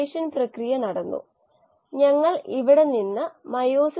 ഈ പ്രഭാഷണത്തിൽ ഞാൻ ചില ആശയങ്ങൾ അവതരിപ്പിക്കാൻ പോകുന്നു നമ്മൾ ഈ ആശയങ്ങൾ കുറച്ച് കഴിഞ്ഞ് ഉപയോഗിക്കും